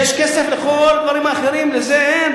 יש כסף לכל הדברים האחרים, לזה אין?